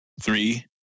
Three